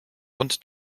und